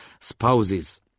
spouses